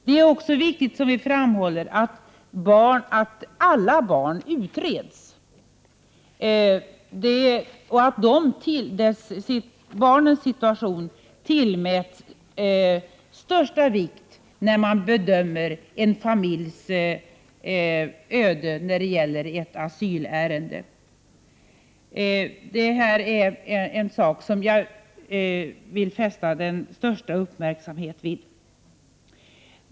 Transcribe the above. Det är också viktigt, som vi framhåller, att alla barn utreds och att barnens situation tillmäts största vikt när man bedömer en familjs öde i ett asylärende. Det här är en sak som jag vill fästa den största uppmärksamhet vid.